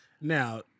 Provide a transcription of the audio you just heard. Now